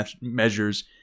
measures